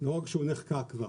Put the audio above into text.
לא רק שהוא נחקק כבר.